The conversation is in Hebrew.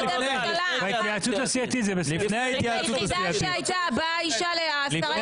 בגלל שזה אופיר אני לא אריב